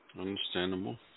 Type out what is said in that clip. Understandable